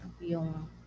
yung